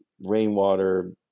rainwater